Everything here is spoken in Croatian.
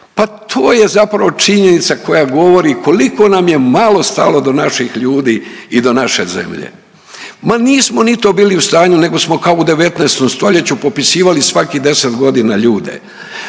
Pa to je zapravo činjenica koja govori koliko nam je malo stalo do naših ljudi i do naše zemlje. Ma nismo ni to bili u stanju nego smo kao u 19. stoljeću popisivali svakih deset godina ljude.